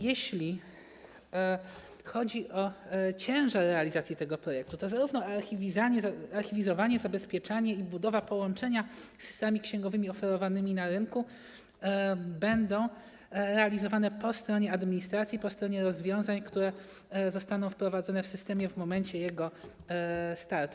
Jeśli chodzi o ciężar realizacji tego projektu, to zarówno archiwizowanie, zabezpieczanie, jak i budowa połączenia z systemami księgowymi oferowanymi na rynku będą realizowane po stronie administracji, po stronie rozwiązań, które zostaną wprowadzone w systemie w momencie jego startu.